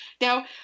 Now